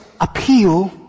appeal